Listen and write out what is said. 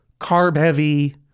carb-heavy